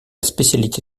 spécialité